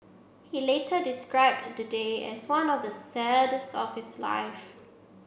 he later described the day as one of the saddest of his life